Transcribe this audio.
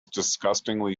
disgustingly